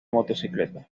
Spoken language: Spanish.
motocicletas